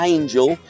Angel